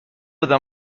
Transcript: بده